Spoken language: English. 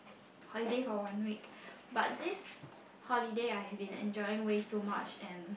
holiday for one week but this holiday I have been enjoying way too much and